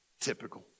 Typical